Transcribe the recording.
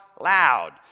Loud